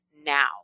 now